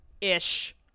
ish